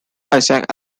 isaac